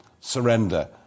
surrender